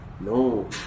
No